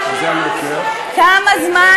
כמה זמן